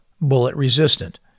bullet-resistant